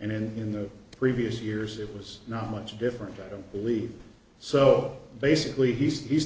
and in the previous years it was not much different i don't believe so basically he's